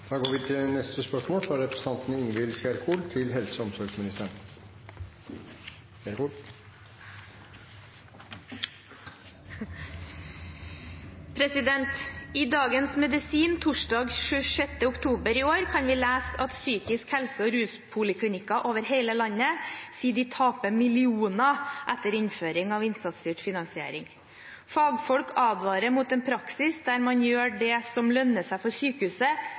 Dagens Medisin torsdag 26. oktober i år kan vi lese at psykisk helse- og ruspoliklinikker over hele landet sier de taper millioner etter innføring av innsatsstyrt finansiering. Fagfolk advarer mot en praksis der man gjør det som lønner seg for sykehuset,